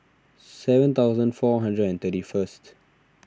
seven thousand four hundred and thirty first